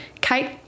Kate